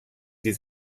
sie